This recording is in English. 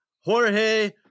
Jorge